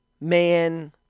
man